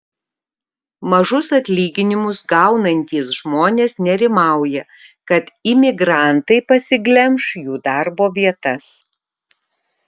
mažus atlyginimus gaunantys žmonės nerimauja kad imigrantai pasiglemš jų darbo vietas